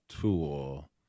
tool